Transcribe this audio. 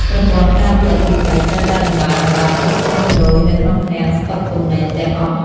ប្រព័ន្ធការពារអគ្គិភ័យត្រូវតែដំឡើងឱ្យបានគ្រប់ជ្រុងជ្រោយនៅក្នុងឃ្លាំងស្តុកទំនិញទាំងអស់។